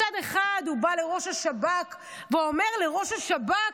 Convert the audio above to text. מצד אחד הוא בא לראש השב"כ ואומר לראש השב"כ: